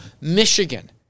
Michigan